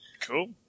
Cool